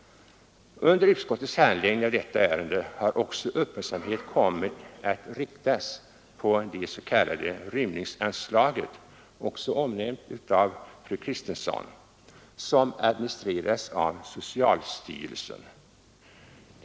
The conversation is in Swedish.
Under utskottets handläggning av detta ärendet har också uppmärksamhet kommit att riktas mot det s.k. rymlingsanslaget — också omnämnt av fru Kristensson — som administreras av socialstyrelsen.